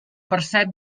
percep